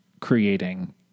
creating